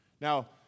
Now